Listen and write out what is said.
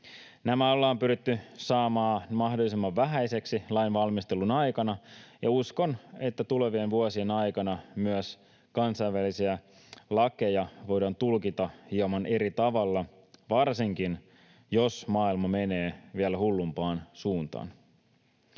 Nämä ollaan pyritty saamaan mahdollisimman vähäisiksi lainvalmistelun aikana, ja uskon, että tulevien vuosien aikana myös kansainvälisiä lakeja voidaan tulkita hieman eri tavalla, varsinkin jos maailma menee vielä hullumpaan suuntaan.